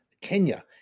Kenya